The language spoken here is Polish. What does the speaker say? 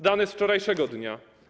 Dane z wczorajszego dnia.